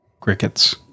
crickets